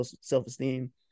self-esteem